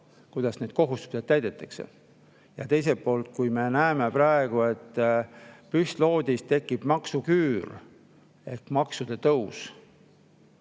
raha nende kohustuste täitmiseks. Ja teiselt poolt, kui me näeme praegu, et püstloodis tekib maksuküür ehk maksude tõus,